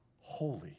holy